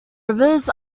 rivers